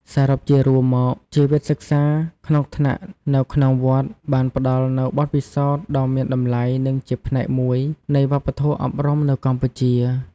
សរុបជារួមមកជីវិតសិក្សាក្នុងថ្នាក់នៅក្នុងវត្តបានផ្ដល់នូវបទពិសោធន៍ដ៏មានតម្លៃនិងជាផ្នែកមួយនៃវប្បធម៌អប់រំនៅកម្ពុជា។